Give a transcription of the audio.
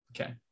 Okay